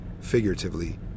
figuratively